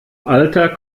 alter